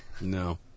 No